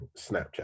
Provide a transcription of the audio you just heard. snapchat